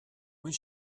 when